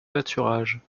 pâturages